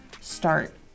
start